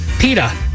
Peta